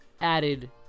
added